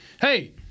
hey